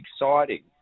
exciting